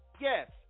yes